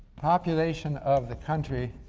population of the country,